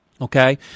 Okay